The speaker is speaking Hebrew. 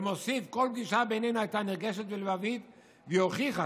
ומוסיף: כל פגישה בינינו הייתה נרגשת ולבבית והיא הוכיחה